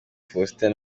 faustin